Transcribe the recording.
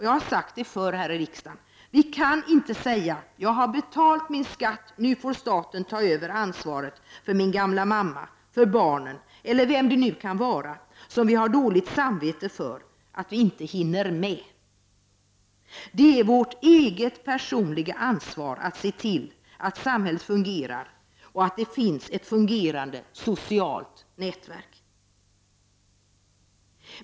Jag har förut här i riksdagen hävdat att vi inte kan säga: Jag har betalat min skatt, nu får staten ta över ansvaret för min gamla mamma, för barnen, eller vem det nu kan vara som vi har dåligt samvete för att vi inte hinner med. Det är vårt eget personliga ansvar att se till att samhället fungerar och att det finns ett fungerande socialt nätverk.